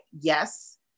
yes